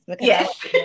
Yes